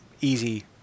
easy